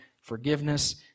forgiveness